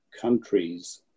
countries